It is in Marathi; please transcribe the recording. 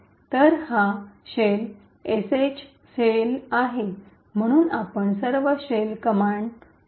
तर हा शेल "sh" शेल आहे म्हणून आपण सर्व शेल कमांड करू शकतो